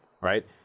Right